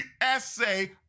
essay